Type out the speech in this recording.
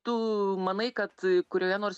tu manai kad kurioje nors